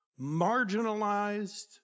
marginalized